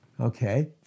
Okay